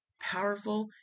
powerful